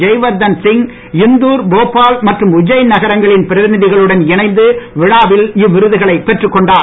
ஜெய்வர்தன் சிங் இந்தூர் போபால் மற்றும் உஜ்ஜைன் நகரங்களின் பிரதிநிதிகளுடன் இணைந்து விழாவில் இவ்விருதுகளை பெற்றுக் கொண்டார்